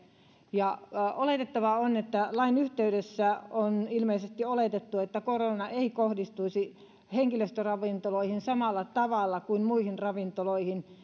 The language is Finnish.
oletettavaa on että lain yhteydessä on ilmeisesti oletettu että korona ei kohdistuisi henkilöstöravintoloihin samalla tavalla kuin muihin ravintoloihin